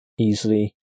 easily